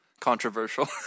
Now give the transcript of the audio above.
controversial